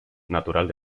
natural